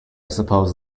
suppose